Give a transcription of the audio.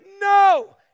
no